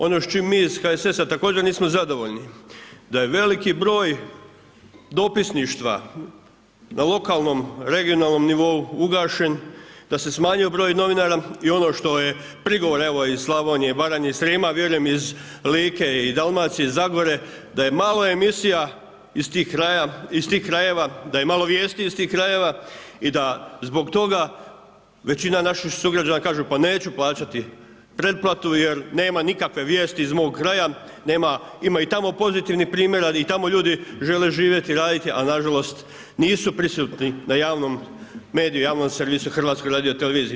Ono s čim mi iz HSS-a također nismo zadovoljni, da je veliki broj dopisništva, lokalnom regionalnom nivou ugašen, da se smanjio broj novinara i ono što je prigovor evo iz Slavonije, Baranje i Srijema, vjerujem iz Like, Dalmacije iz Zagore, da je malo emisija iz tih krajeva, da je malo vijesti iz tih krajeva i da zbog toga većina naših sugrađana kaže, pa neću plaćati pretplatu, jer nema nikakvih vijesti iz mog kraja, ima tamo pozitivnih primjera i tamo ljudi žele živjeti i raditi, ali nažalost, nisu prisutni na javnom mediju, javnom servisu HRT-a.